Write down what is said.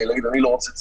להגיד: אני לא רוצה צמיד,